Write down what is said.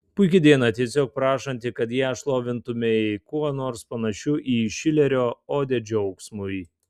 puiki diena tiesiog prašanti kad ją šlovintumei kuo nors panašiu į šilerio odę džiaugsmui